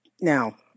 now